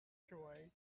joy